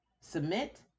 Submit